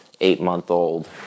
eight-month-old